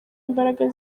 imbaraga